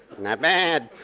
not bad.